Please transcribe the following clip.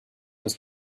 was